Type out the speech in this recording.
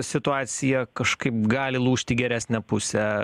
situacija kažkaip gali lūžt į geresnę pusę